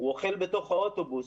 הוא אוכל בתוך האוטובוס,